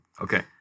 Okay